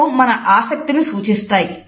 కళ్ళు మన ఆసక్తి స్థాయిని సూచిస్తాయి